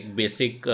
basic